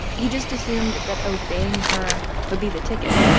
he just assumed that obeying her would be the ticket.